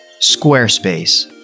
Squarespace